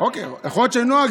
יכול להיות שזה נוהג,